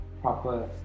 proper